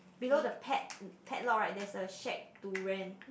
below the pad~ padlock right there's a shack to rent